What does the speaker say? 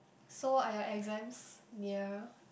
so are your exams near